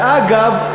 ואגב,